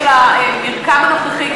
יש למרקם הנוכחי,